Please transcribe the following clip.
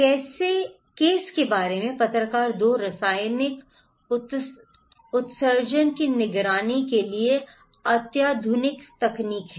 कैसे के बारे में पत्रकार 2 रासायनिक उत्सर्जन की निगरानी के लिए अत्याधुनिक तकनीक है